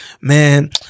man